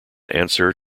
answer